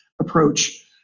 approach